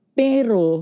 pero